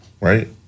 right